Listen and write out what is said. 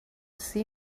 see